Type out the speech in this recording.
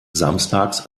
samstags